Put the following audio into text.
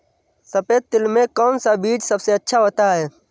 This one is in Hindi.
सफेद तिल में कौन सा बीज सबसे अच्छा होता है?